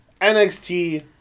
NXT